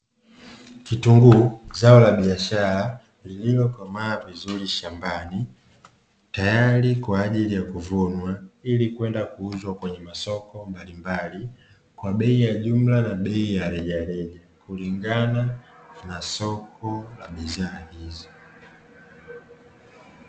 Kitunguu zao la biashara lililokomaa vizuri shambani ,tayari kwa ajili ya kuvunwa ili kwenda kuuzwa kwenye masoko mbalimbali kwa bei ya jumla na bei ya rejareja kulingana na soko la bidhaa hizo.